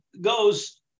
goes